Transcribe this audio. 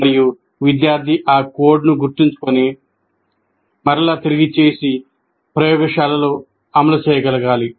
మరియు విద్యార్థి ఆ కోడ్ను గుర్తుంచుకొని మరల తిరిగి చేసి ప్రయోగశాలలో అమలు చేయగలగాలి